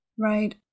Right